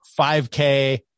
5k